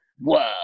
Whoa